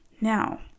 Now